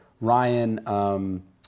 Ryan